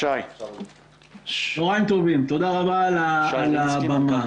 צהריים טובים, תודה רבה על הבמה.